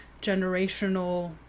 generational